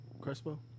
Crespo